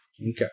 Okay